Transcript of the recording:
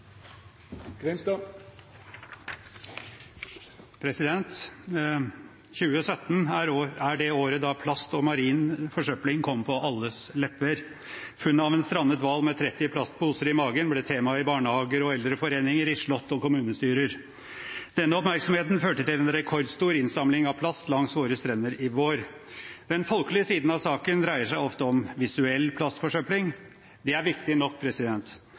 året da plast og marin forsøpling kom på alles lepper. Funnet av en strandet hval med tretti plastposer i magen ble tema i barnehager og i eldreforeninger, i slott og i kommunestyrer. Denne oppmerksomheten førte til en rekordstor innsamling av plast langs våre strender i vår. Den folkelige siden av saken dreier seg ofte om visuell plastforsøpling, og det er viktig nok,